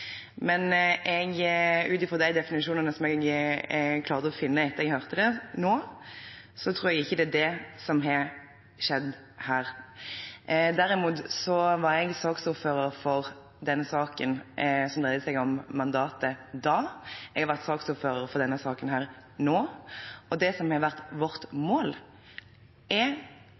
men ut ifra de definisjonene jeg klarte å finne etter at jeg hørte det nå, tror jeg ikke det er det som har skjedd her. Derimot var jeg saksordfører for den saken som dreide seg om mandatet da, jeg er saksordfører for denne saken nå, og det som har vært vårt mål, er